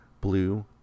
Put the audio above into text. blue